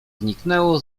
zniknęło